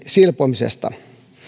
silpomisista